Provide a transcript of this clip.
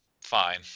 Fine